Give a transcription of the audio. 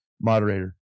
moderator